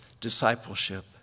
discipleship